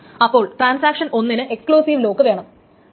അപ്പോൾ ട്രാൻസാക്ഷൻ ഒന്നിന് exclusive lock വീണ്ടും